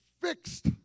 fixed